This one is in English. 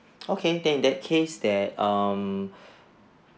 okay then in that case that um